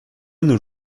nos